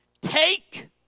Take